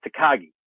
Takagi